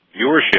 viewership